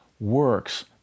works